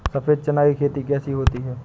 सफेद चना की खेती कैसे होती है?